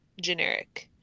generic